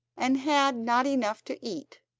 and had not enough to eat,